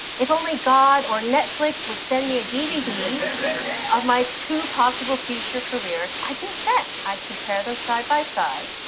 if only god or netflix would send me a dvd of my two possible future careers, i'd be set. i'd compare them side by side,